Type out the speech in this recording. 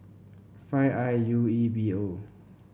five I U E B O